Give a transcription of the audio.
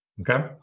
okay